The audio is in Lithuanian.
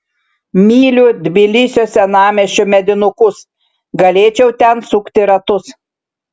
myliu tbilisio senamiesčio medinukus galėčiau ten sukti ratus